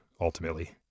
ultimately